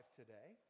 today